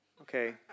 Okay